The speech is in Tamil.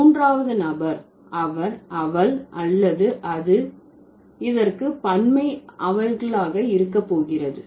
மூன்றாவது நபர் அவர் அவள் அல்லது அது இதற்கு பன்மை அவர்களாக இருக்க போகிறது